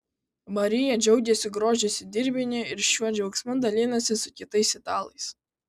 marija džiaugiasi grožisi dirbiniu ir šiuo džiaugsmu dalinasi su kitais italais